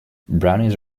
brownies